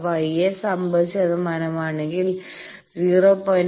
γ S 50 ശതമാനമാണെങ്കിൽ 0